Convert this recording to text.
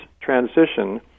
transition